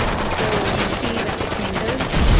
and so we see that between those,